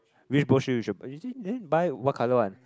which boat shoes you should then buy what colour one